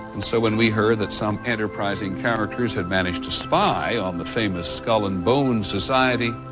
and so when we heard that some enterprising camera crews had managed to spy on the famous skull and bones society,